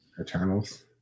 Eternals